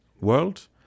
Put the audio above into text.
world